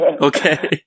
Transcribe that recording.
Okay